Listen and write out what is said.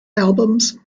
albums